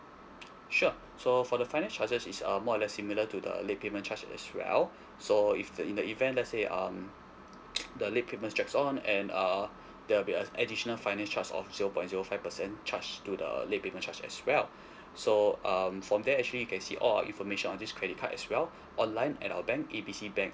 sure so for the finance charges is um more or less similar to the late payment charge as well so if in the event let's say um the late payment drags on and err there will be a additional finance charge of zero point zero five percent charge to the late payment charge as well so um from there actually you can see all our information on this credit card as well online at our bank A B C bank